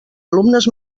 alumnes